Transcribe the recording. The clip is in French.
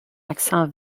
accent